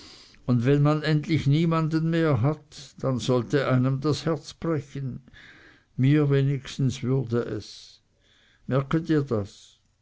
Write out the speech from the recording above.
und wenn man endlich niemanden mehr hat dann sollte einem das herz brechen mir wenigstens würde es merke dir das